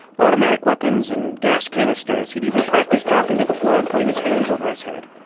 automatic weapons and gas canisters. he'd even practiced dropping to the floor and putting his hands over his head